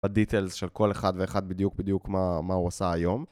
בדיטיילס של כל אחד ואחד בדיוק בדיוק מה-מה הוא עושה היום,